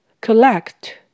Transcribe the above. Collect